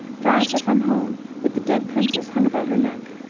drives her from home, with the dead princes hung about her neck.